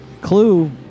Clue